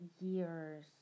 years